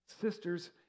sisters